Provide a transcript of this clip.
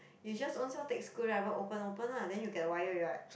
you just ownself take screwdriver open open lah then you get the wire already what